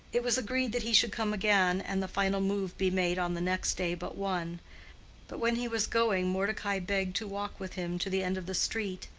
it was agreed that he should come again and the final move be made on the next day but one but when he was going mordecai begged to walk with him to the end of the street,